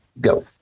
go